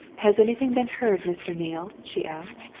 has anything been heard, mr. neale? she asked.